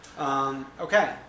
Okay